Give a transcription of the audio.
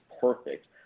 perfect